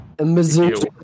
Missouri